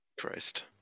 Christ